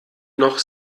noch